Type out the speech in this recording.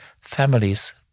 families